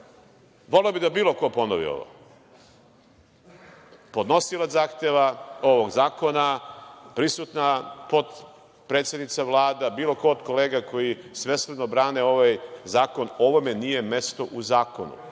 itd. Voleo bih da bilo ko ponovi ovo. Podnosilac zahteva, ovog zakona, prisutna potpredsednica Vlade, bilo ko od kolega koji svesrdno brane ovaj zakon. Ovome nije mesto u zakonu.